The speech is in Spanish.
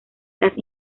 las